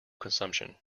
consumption